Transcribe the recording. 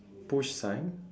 push sign